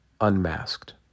unmasked